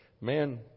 Man